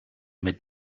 mit